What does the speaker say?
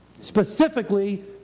specifically